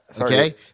Okay